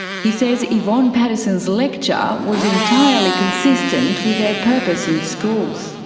he says evonne paddison's lecture was entirely consistent with their purpose in schools.